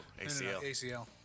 ACL